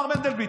מר מנדלבליט,